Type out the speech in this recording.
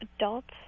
Adults